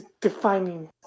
defining